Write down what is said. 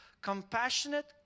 Compassionate